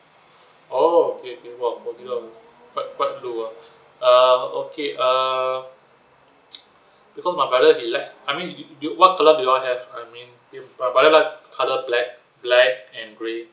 oh okay okay !wow! forty dollar quite quite low ah err okay err because my brother he likes I mean do do do you what colour do you all have I mean my brother like colour black black and grey